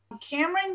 Cameron